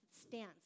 stance